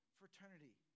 fraternity